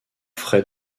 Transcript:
frais